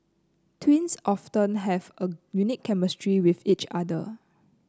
twins often have a unique chemistry with each other